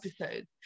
episodes